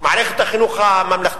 מערכת החינוך הממלכתית.